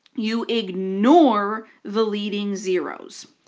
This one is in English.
you ignore the leading zeroes,